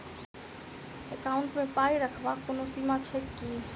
Account मे पाई रखबाक कोनो सीमा छैक की?